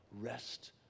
rest